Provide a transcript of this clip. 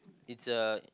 it's a